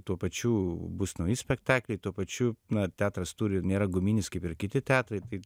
tuo pačiu bus nauji spektakliai tuo pačiu na teatras turi nėra guminis kaip ir kiti teatrai tai